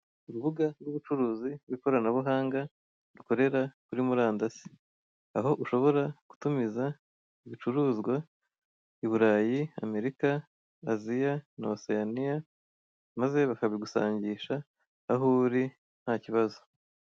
Urubuga rw'ubucuruzi rw'ikoranabuhanga rukorera kuri murandasi aho ushobora gutumiza ibicuruzwa i burayi, amerika, aziya na osiyaniya maze bakabigusangisha aho uri ntakibazo.